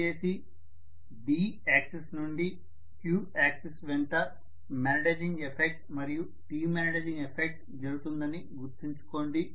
దయచేసి d axis నుండి q axis వెంట మాగ్నిటైజింగ్ ఎఫెక్ట్ మరియు డీమాగ్నైటైజింగ్ ఎఫెక్ట్ జరుగుతుందని గుర్తుంచుకోండి